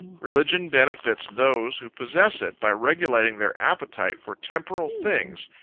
religion benefits those who possess it, by regulating their appetite for temporal things,